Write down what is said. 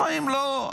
לפעמים לא.